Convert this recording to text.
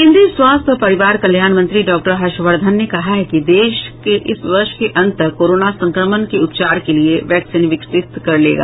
केंद्रीय स्वास्थ्य और परिवार कल्याण मंत्री डॉक्टर हर्ष वर्धन ने कहा है कि देश इस वर्ष के अंत तक कोरोना संक्रमण के उपचार के लिए वैक्सीन विकसित कर लेगा